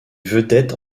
vedettes